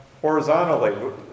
horizontally